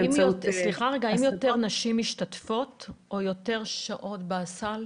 האם יותר נשים משתתפות או יותר שעות בסל